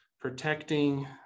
protecting